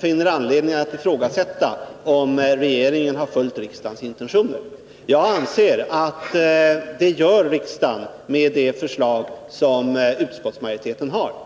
finner anledning att ifrågasätta om regeringen har följt riksdagens intentioner. Jag anser att riksdagen gör det med utskottsmajoritetens förslag.